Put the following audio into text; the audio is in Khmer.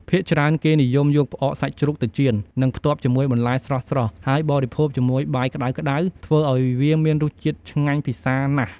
ភាគច្រើន គេនិយមយកផ្អកសាច់ជ្រូកទៅចៀន និងផ្ទាប់ជាមួយបន្លែស្រស់ៗ ហើយបរិភោគជាមួយបាយក្ដៅៗ ធ្វើឱ្យវាមានរសជាតិឆ្ងាញ់ពិសាណាស់។